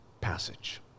passage